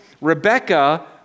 Rebecca